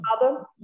father